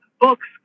books